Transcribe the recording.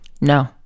No